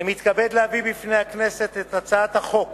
אני מתכבד להביא בפני הכנסת את הצעת חוק